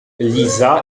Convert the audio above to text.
liza